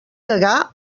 degà